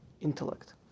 intellect